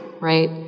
right